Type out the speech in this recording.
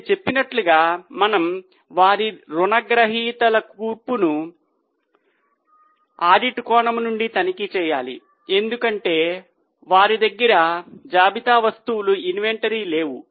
నేను చెప్పినట్లుగా మనము వారి రుణగ్రహీతల కూర్పును ఆడిట్ కోణం నుండి తనిఖీ చేయాలి ఎందుకంటే వారి దగ్గర జాబితా వస్తువులు లేవు